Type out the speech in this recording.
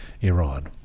iran